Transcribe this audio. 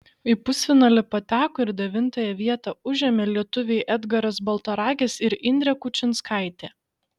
į pusfinalį pateko ir devintąją vietą užėmė lietuviai edgaras baltaragis ir indrė kučinskaitė